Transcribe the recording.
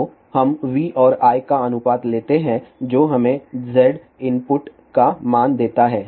तो हम v और I का अनुपात लेते हैं जो हमें Z इनपुट का मान देता है